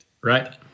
Right